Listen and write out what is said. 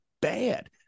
bad